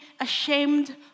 ashamed